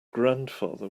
grandfather